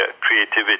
creativity